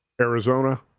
Arizona